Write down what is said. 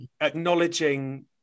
acknowledging